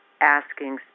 asking